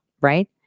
right